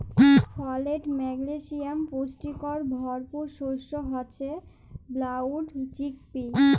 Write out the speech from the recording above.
folate, magnesium পুষ্টিতে ভরপুর শস্য হচ্যে ব্রাউল চিকপি